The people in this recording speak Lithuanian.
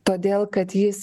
todėl kad jis